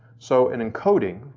so in encoding,